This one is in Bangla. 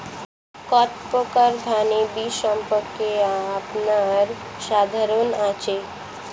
কত প্রকার ধানের বীজ সম্পর্কে আপনার ধারণা আছে?